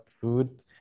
food